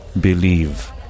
believe